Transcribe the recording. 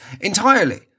entirely